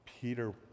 Peter